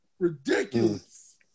ridiculous